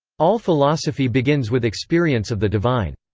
all philosophy begins with experience of the divine.